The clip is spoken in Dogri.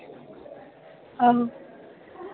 आहो